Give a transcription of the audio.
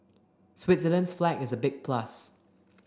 Switzerland's flag is a big plus